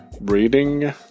reading